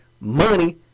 money